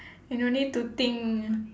you no need to think